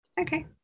Okay